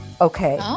Okay